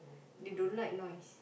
they don't like noise